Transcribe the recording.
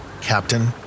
captain